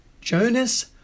Jonas